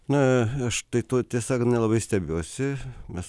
na štai tu tiesiog nelabai stebiuosi nes